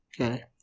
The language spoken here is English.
Okay